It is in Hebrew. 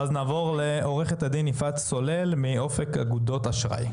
ואחרי כן עורכת הדין יפעת סולל מאופק אגודות אשראי.